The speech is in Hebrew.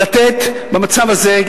במצב הזה,